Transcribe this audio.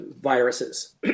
viruses